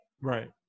Right